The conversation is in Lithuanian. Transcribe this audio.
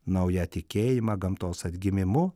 naują tikėjimą gamtos atgimimu